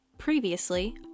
previously